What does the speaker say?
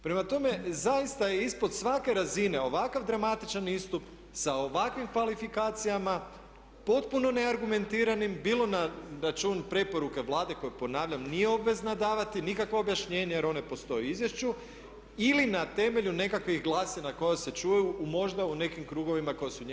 Prema tome, zaista je ispod svake razine ovakav dramatičan istup sa ovakvim kvalifikacijama potpuno neargumentiranim bilo na račun preporuke Vlade koje ponavljam nije obvezna davati nikakvo objašnjenje jer on ne postoji u izvješću ili na temelju nekakvih glasina koje se čuju možda u nekim krugovima koja su njemu bliža.